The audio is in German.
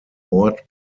ort